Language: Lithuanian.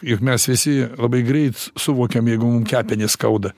juk mes visi labai greit suvokiam jeigu mum kepenis skauda